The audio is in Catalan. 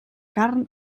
carn